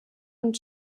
und